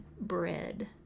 bread